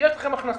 יש לכם הכנסות,